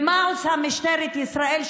ומה עושה משטרת ישראל,